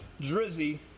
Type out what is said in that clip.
Drizzy